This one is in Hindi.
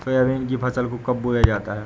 सोयाबीन की फसल को कब बोया जाता है?